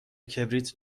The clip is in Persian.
کبریت